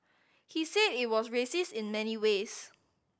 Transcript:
he said it was racist in many ways